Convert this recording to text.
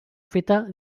feta